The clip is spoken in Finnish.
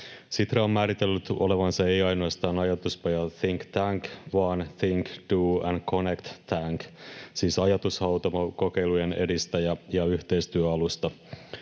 Sitra on määritellyt olevansa ei ainoastaan ajatuspaja, ”think tank”, vaan ”think, do and connect tank”, siis ajatushautomo, kokeilujen edistäjä ja yhteistyöalusta.